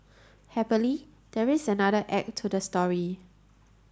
happily there is another act to the story